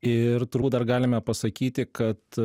ir turbūt dar galime pasakyti kad